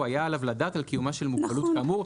היה עליו לדעת על קיומה של מוגבלות כאמור'.